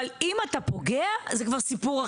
אבל אם אתה פוגע זה כבר סיפור אחר.